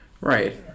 Right